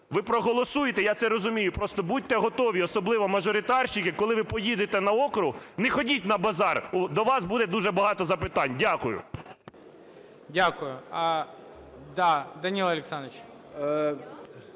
ви проголосуєте, я це розумію, просто будьте готові, особливо мажоритарщики, коли ви поїдете на округ, не ходіть на базар, до вас буде дуже багато запитань. Дякую. ГОЛОВУЮЧИЙ. Дякую. Да, Данило Олександрович.